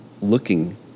looking